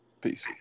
Peace